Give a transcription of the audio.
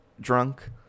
drunk